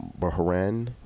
Bahrain